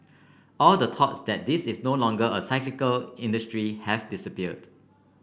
all the thoughts that this is no longer a cyclical industry have disappeared